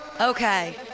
okay